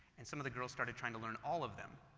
and some of the girls started trying to learn all of them.